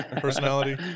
personality